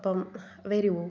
അപ്പം വരുവോ